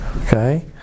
Okay